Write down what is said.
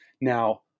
Now